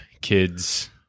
kids